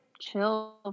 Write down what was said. chill